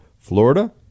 Florida